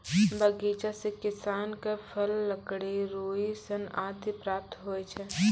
बगीचा सें किसान क फल, लकड़ी, रुई, सन आदि प्राप्त होय छै